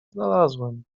znalazłem